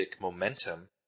momentum